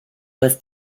was